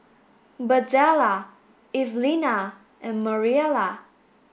Birdella Evelina and Mariela